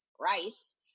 rice